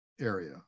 area